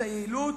את היעילות,